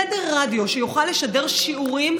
תדר רדיו שיוכל לשדר שיעורים,